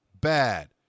bad